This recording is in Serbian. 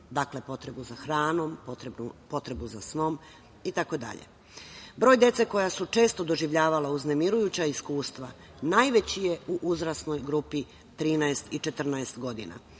potrebe, potrebu za hranom, potrebu za snom itd. Broj dece koja su često doživljavala uznemirujuća iskustva najveći je u uzrasnoj grupi 13 i 14 godina.